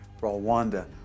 Rwanda